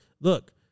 look